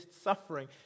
suffering